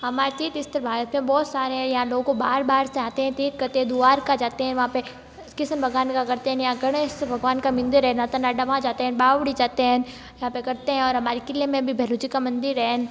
हमार तीर्थ स्थल भारत में बहुत सारे यादों को बाहर बाहर से आते हैं दे कते द्वारका जाते हैं वहाँ पर कृष्ण भगवान का करते हैं निया गणेश भगवान का मिंदिर है राता नाडे वहाँ जाते हैं बावड़ी जाते हैं यहाँ पर करते हैं और हमारे क़िले में भी भैरव जी का मंदिर है